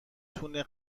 تونه